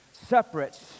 Separate